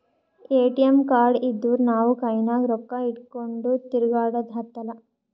ATM card ಇದ್ದೂರ್ ನಾವು ಕೈನಾಗ್ ರೊಕ್ಕಾ ಇಟ್ಗೊಂಡ್ ತಿರ್ಗ್ಯಾಡದ್ ಹತ್ತಲಾ